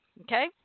okay